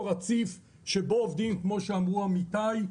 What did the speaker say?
רציף שבו עובדים כמו שאמרו עמיתיי,